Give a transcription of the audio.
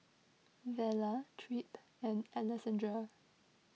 Vela Tripp and Alessandra